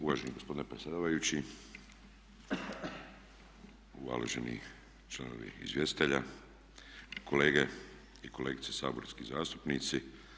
Uvaženi gospodine predsjedavajući, uvaženi članovi izvjestitelja, kolege i kolegice saborski zastupnici.